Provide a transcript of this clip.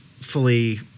fully